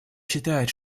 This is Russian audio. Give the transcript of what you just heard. считает